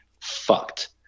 fucked